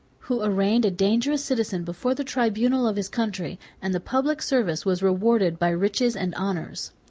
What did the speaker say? who arraigned a dangerous citizen before the tribunal of his country and the public service was rewarded by riches and honors.